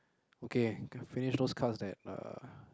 okay got to finish those cards that uh